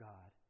God